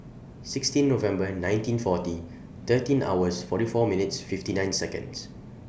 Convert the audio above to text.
sixteen Nov nineteen forty thirteen hours forty four minutes fifty nine Seconds